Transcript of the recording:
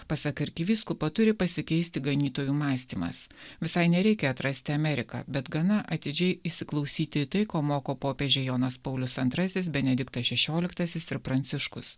pasak arkivyskupo turi pasikeisti ganytojų mąstymas visai nereikia atrasti ameriką bet gana atidžiai įsiklausyti į tai ko moko popiežiai jonas paulius antrasis benediktas šešioliktasis ir pranciškus